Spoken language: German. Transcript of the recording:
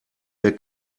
der